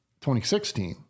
2016